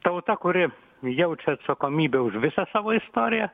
tauta kuri jaučia atsakomybę už visą savo istoriją